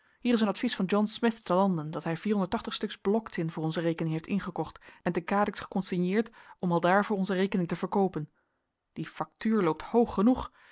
hier is een advies van john smith te londen dat hij stuks blok tin voor onze rekening heeft ingekocht en te cadix geconsigneerd om aldaar voor onze rekening te verkoopen die factuur loopt hoog genoeg